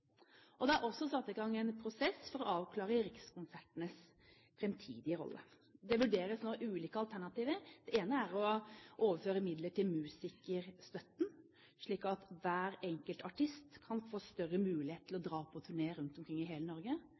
Norge. Det er også satt i gang en prosess for å avklare Rikskonsertenes framtidige rolle. Det vurderes nå ulike alternativer. Det ene er å overføre midler til musikerstøtten, slik at hver enkelt artist kan få større mulighet til å dra på turné rundt omkring i hele Norge,